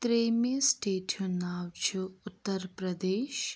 ترٛیِمہِ سٹیٹہِ ہُنٛد ناو چھُ اُترپرٛیٚدیش